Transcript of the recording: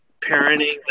parenting